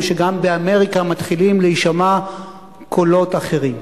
שגם באמריקה מתחילים להישמע קולות אחרים.